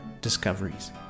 discoveries